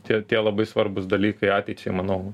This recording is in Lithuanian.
tie tie labai svarbūs dalykai ateičiai manau